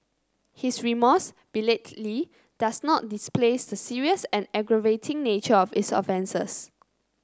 his remorse belatedly does not displace the serious and aggravating nature of his offences